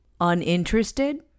uninterested